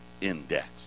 Index